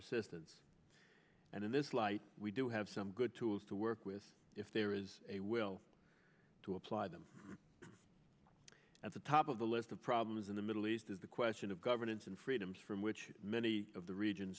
assistance and in this light we do have some good tools to work with if there is a will to apply them at the top of the list of problems in the middle east is the question of governance and freedoms from which many of the region